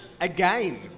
Again